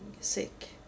sick